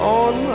on